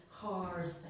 cars